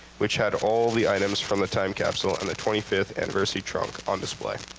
which had all the items from the time capsule and the twenty fifth anniversary trunk on display.